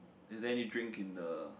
is there any drink in the